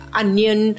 onion